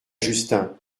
justin